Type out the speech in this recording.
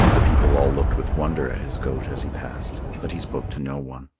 the people all looked with wonder at his goat as he passed, but he spoke to no one.